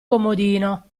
comodino